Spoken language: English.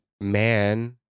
man